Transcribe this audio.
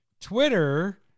Twitter